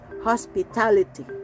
hospitality